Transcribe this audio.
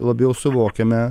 labiau suvokiame